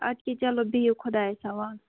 اَدٕ کیٛاہ چلو بِہِو خۄدایَس حوال